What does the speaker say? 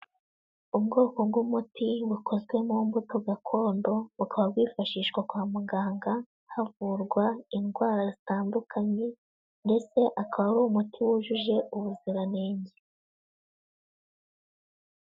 Ubwoko bw'umuti bukozwe mu mbuto gakondo, bukaba bwifashishwa kwa muganga havurwa indwara zitandukanye, ndetse akaba ari umuti wujuje ubuziranenge.